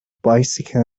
bicycle